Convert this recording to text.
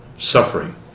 suffering